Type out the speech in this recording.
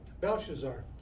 Belshazzar